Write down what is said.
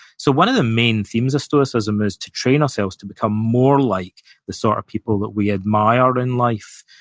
so, one of the main themes of stoicism is to train ourselves to become more like the sort of people that we admire in life,